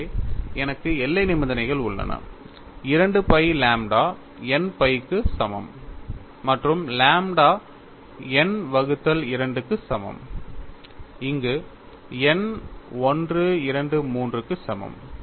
எனவே எனக்கு எல்லை நிபந்தனைகள் உள்ளன 2 phi லாம்ப்டா n phi க்கு சமம் மற்றும் லாம்ப்டா n 2 க்கு சமம் அங்கு n 1 2 3 க்கு சமம்